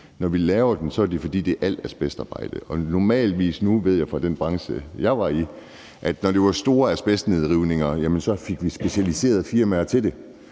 når vi laver den, gælder den alt asbestarbejde. Nu ved jeg fra den branche, jeg var i, at når det drejede sig om store asbestnedrivninger, fik vi specialiserede firmaer til det,